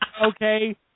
Okay